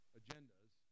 agendas